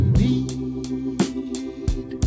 need